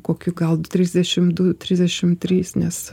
kokių gal trisdešimt du trisdešimt trys nes